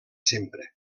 sempre